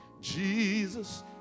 Jesus